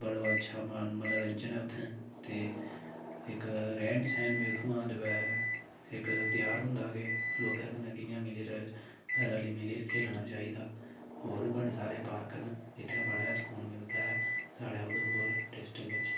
बड़ो अच्छा मनो मनोरजंन ऐ उत्थै ते इक रैह्न सैह्न बी उत्थुआं दा इक त्यार होंदा के लोकें कन्नै कि'यां मिली रली मिली र खेलना चाहि्दा होर बड़े सारे पार्क न इत्थें बड़ा ही सकून मिलदा ऐ साढ़ै उधमपुर डिस्ट्रिक बिच्च